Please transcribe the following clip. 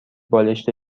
بالشت